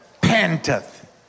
panteth